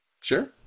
Sure